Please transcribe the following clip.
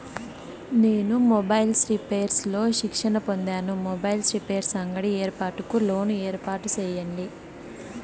నేను mobiles repairs లో శిక్షణ పొందాను, మొబైల్ రిపైర్స్ అంగడి ఏర్పాటుకు లోను ఏర్పాటు సేయండి?